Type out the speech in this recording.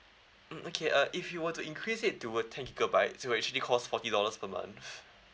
mm okay uh if you were to increase it toward ten gigabyte it will actually cost forty dollars per month